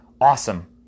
Awesome